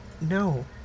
No